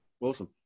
Awesome